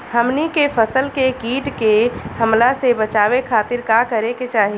हमनी के फसल के कीट के हमला से बचावे खातिर का करे के चाहीं?